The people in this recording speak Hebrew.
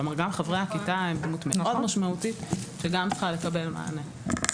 גם חברי הכיתה הם דמות מאוד משמעותית שגם צריכה לקבל מענה.